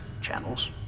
channels